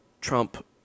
Trump